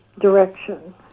direction